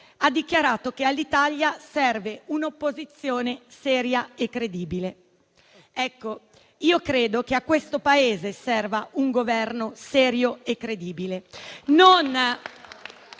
ha dichiarato che all'Italia serve un'opposizione seria e credibile. Credo però che al Paese serva un Governo serio e credibile